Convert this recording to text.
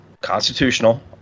constitutional